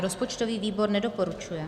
Rozpočtový výbor nedoporučuje.